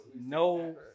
no